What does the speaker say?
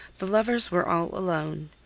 the lovers were all alone.